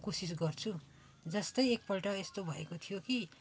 कोसिस गर्छु जस्तो एक पल्ट यस्तो भएको थियो कि